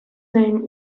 name